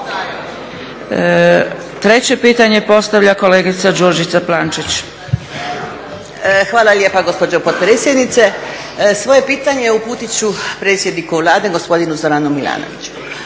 Treće pitanje postavlja kolegica Đurđica Plančić. **Plančić, Đurđica (SDP)** Hvala lijepa gospođo potpredsjednice. Svoje pitanje uputit ću predsjedniku Vlade gospodinu Zoranu Milanoviću.